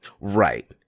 Right